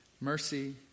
Mercy